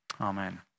Amen